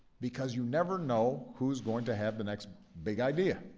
because you never know who's going to have the next big idea,